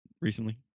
recently